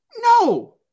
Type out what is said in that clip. No